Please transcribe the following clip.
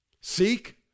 Seek